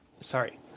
sorry